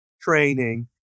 training